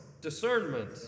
Discernment